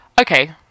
okay